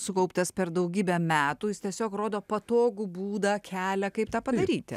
sukauptas per daugybę metų jis tiesiog rodo patogų būdą kelią kaip tą padaryti